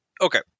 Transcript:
Okay